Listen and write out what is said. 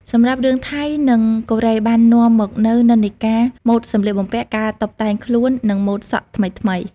សម្រាប់រឿងថៃ និងកូរ៉េបាននាំមកនូវនិន្នាការម៉ូដសម្លៀកបំពាក់ ការតុបតែងខ្លួន និងម៉ូដសក់ថ្មីៗ។